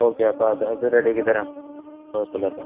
okay അപ്പോൾ അത് അത് റെഡിയാക്കി തരാം കുഴപ്പമില്ല കേട്ടോ